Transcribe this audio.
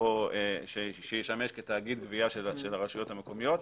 שישמש כתאגיד גבייה של הרשויות המקומיות,